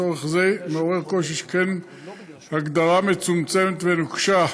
צורך זה מעורר קושי, שכן הגדרה מצומצמת ונוקשה,